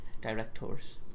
directors